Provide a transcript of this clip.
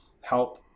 help